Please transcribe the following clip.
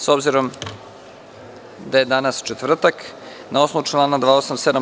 S obzirom da je danas četvrtak, na osnovu člana 287.